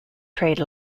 trade